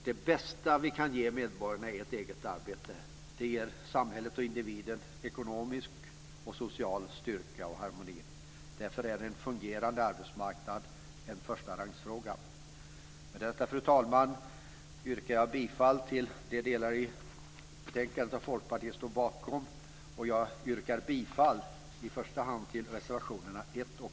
Det bästa vi kan ge medborgarna är ett eget arbete. Det ger samhället och individen ekonomisk och social styrka och harmoni. Därför är en fungerande arbetsmarknad en förstarangsfråga. Med detta, fru talman, yrkar jag bifall till de delar i hemställan som Folkpartiet står bakom och jag yrkar dessutom bifall till i första hand reservationerna 1 och